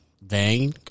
vain